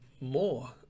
more